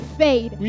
fade